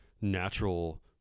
natural